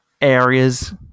areas